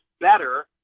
better